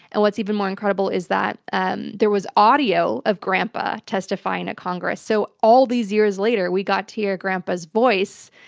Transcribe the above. and what's even more incredible is that and there was audio of grandpa testifying to congress, so all these years later we got to hear grandpa's voice.